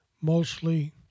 mostly